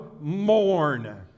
mourn